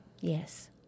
Yes